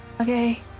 okay